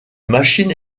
machine